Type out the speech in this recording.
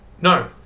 No